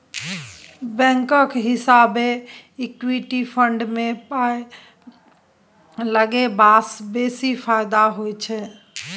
बैंकक हिसाबैं equity fund मे पाय लगेबासँ बेसी फायदा होइत